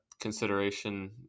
consideration